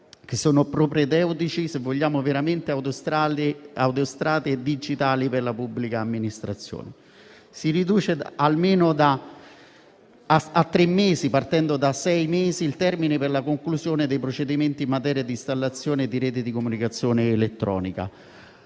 39 sono propedeutici se vogliamo veramente autostrade digitali per la pubblica amministrazione. Si riduce a tre mesi, partendo da sei mesi, il termine per la conclusione dei procedimenti in materia di installazione di reti di comunicazione elettronica.